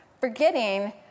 forgetting